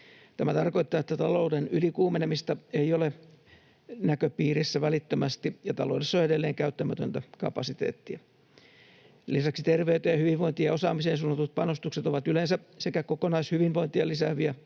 Tämä tarkoittaa, että talouden ylikuumenemista ei ole näköpiirissä välittömästi ja taloudessa on edelleen käyttämätöntä kapasiteettia. Lisäksi terveyteen, hyvinvointiin ja osaamiseen suunnatut panostukset ovat yleensä sekä kokonaishyvinvointia lisääviä